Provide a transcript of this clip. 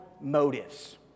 motives